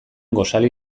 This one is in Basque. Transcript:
gosari